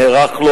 נערך לו